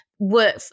work